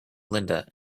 linda